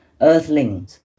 earthlings